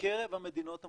בקרב המדינות המפותחות,